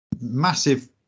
massive